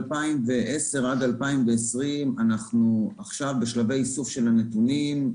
אנחנו עכשיו בשלבי איסוף של הנתונים לגבי